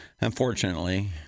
Unfortunately